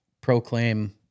proclaim